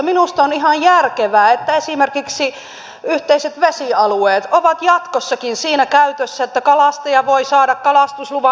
minusta on ihan järkevää että esimerkiksi yhteiset vesialueet ovat jatkossakin siinä käytössä että kalastaja voi saada kalastusluvan